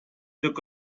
took